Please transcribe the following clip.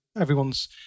everyone's